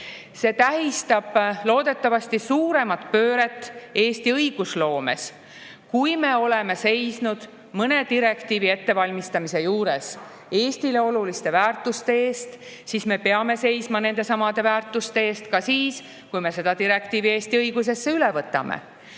See tähistab loodetavasti suuremat pööret Eesti õigusloomes. Kui me oleme seisnud mõne direktiivi ettevalmistamise juures Eestile oluliste väärtuste eest, siis me peame seisma nendesamade väärtuste eest ka siis, kui me seda direktiivi Eesti õigusesse üle võtame.